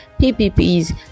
PPPs